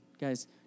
guys